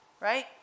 right